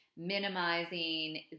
Minimizing